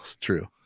true